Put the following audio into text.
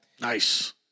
Nice